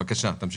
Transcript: בבקשה, תמשיך.